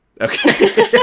okay